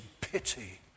pity